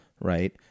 right